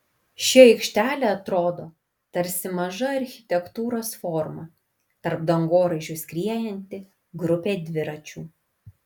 ši aikštelė atrodo tarsi maža architektūros forma tarp dangoraižių skriejanti grupė dviračių